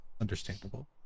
Understandable